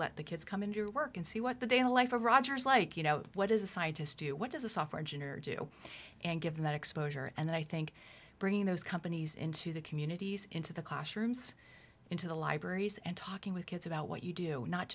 let the kids come into work and see what the daily life of rogers like you know what is the scientists do what does a software engineer do and given that exposure and i think bringing those companies into the communities into the classrooms into the libraries and talking with kids about what you do not